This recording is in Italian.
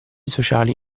sociali